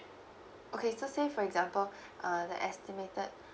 okay so say for example uh the estimated